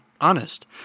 honest